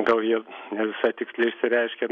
gal jie ne visai tiksliai išsireiškė